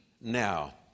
now